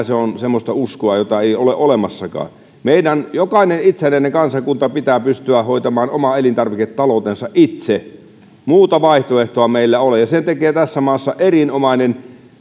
se on semmoista uskoa jota ei ole olemassakaan jokaisen itsenäisen kansakunnan pitää pystyä hoitamaan oma elintarviketalou tensa itse muuta vaihtoehtoa ei meillä ole ja sen tekee tässä maassa erinomainen